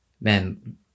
man